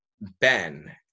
Ben